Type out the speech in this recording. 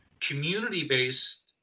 community-based